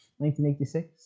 1986